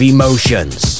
emotions